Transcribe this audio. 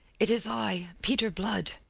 it is i peter blood,